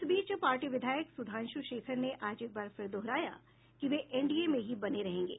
इस बीच पार्टी विधायक सुधांशु शेखर ने आज एक बार फिर दोहराया कि वे एनडीए में ही बने रहेंगे